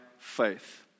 Faith